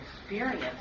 experience